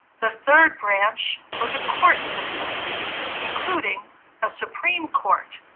the third branch was a court system including a supreme court